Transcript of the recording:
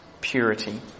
purity